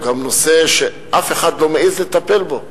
הוא גם נושא שאף אחד לא מעז לטפל בו.